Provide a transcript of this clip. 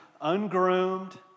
ungroomed